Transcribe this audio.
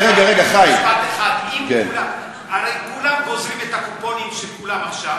משפט אחד: הרי כולם גוזרים את הקופונים של כולם עכשיו.